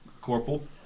corporal